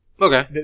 Okay